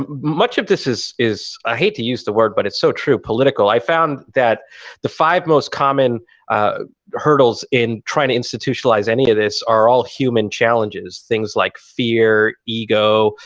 um much of this is is i hate to use the word, but it's so true political. i found that the five most common hurdles in trying to institutionalize any of this are all human challenges, things like fear, ego,